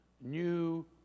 new